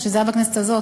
או שזה היה בכנסת הזאת,